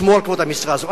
שמור על כבוד המשרה הזאת.